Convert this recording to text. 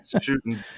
shooting